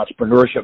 entrepreneurship